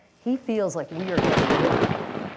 he feels like we are getting ripped off.